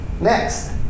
Next